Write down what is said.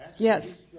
Yes